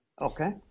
Okay